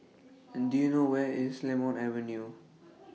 and Do YOU know Where IS Lemon Avenue